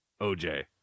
oj